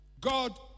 God